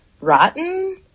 Rotten